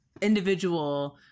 individual